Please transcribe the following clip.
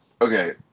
Okay